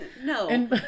No